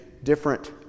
Different